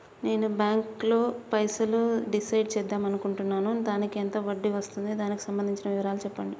నేను ఈ బ్యాంకులో పైసలు డిసైడ్ చేద్దాం అనుకుంటున్నాను దానికి ఎంత వడ్డీ వస్తుంది దానికి సంబంధించిన వివరాలు చెప్పండి?